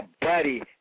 buddy